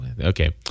okay